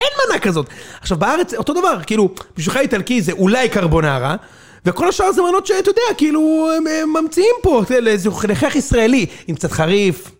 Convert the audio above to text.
אין מנה כזאת. עכשיו בארץ, אותו דבר, כאילו, בשבילך איטלקי זה אולי קרבונרה, וכל השאר זה מנות שאתה יודע, כאילו, הם ממציאים פה לאיזה חיך ישראלי, עם קצת חריף.